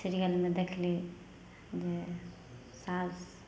सीरियलमे देखली जे सासु